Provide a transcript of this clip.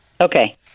Okay